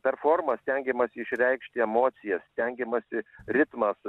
per formą stengiamasi išreikšti emocijas stengiamasi ritmą